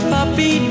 Puppy